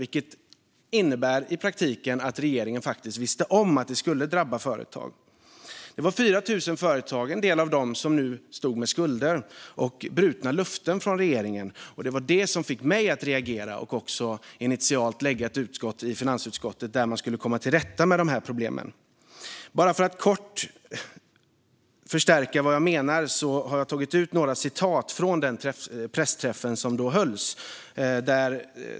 Detta innebär att regeringen faktiskt visste om att det skulle drabba företag. Det var 4 000 företag, och en del av dem stod med skulder och med brutna löften från regeringen. Det var detta som fick mig att reagera och också initialt att lägga fram ett initiativ i finansutskottet för att komma till rätta med problemen. För att understryka vad jag menar har jag tagit fram några citat från den pressträff som hölls.